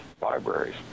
libraries